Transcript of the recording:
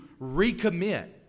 recommit